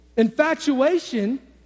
Infatuation